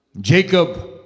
Jacob